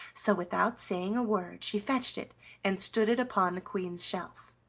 so, without saying a word, she fetched it and stood it upon the queen's shelf.